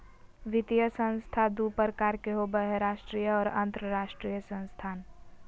वित्तीय संस्थान दू प्रकार के होबय हय राष्ट्रीय आर अंतरराष्ट्रीय संस्थान